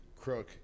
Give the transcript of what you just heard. crook